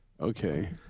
Okay